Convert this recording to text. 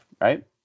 right